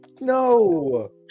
no